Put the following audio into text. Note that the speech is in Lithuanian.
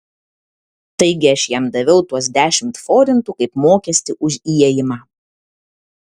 taigi aš jam daviau tuos dešimt forintų kaip mokestį už įėjimą